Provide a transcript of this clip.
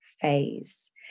phase